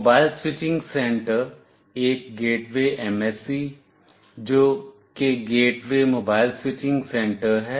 mobile switching centre एक gateway MSC जो कि गेटवे मोबाइल स्विचिंग सेंटर है